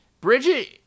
Bridget